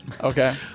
Okay